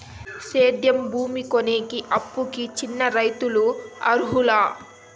సేద్యం భూమి కొనేకి, అప్పుకి చిన్న రైతులు అర్హులా?